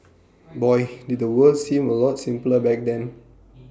boy did the world seem A lot simpler black then